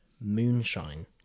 moonshine